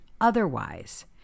Otherwise